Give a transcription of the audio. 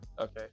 Okay